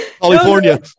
California